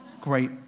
great